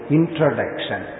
Introduction